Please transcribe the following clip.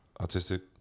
autistic